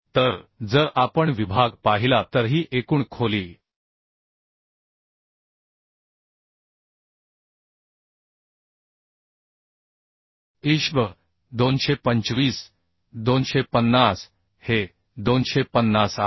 तर जर आपण विभाग पाहिला तर ही एकूण खोली ISHB 225 250 हे 250 आहे